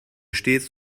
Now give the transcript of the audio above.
stets